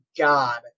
God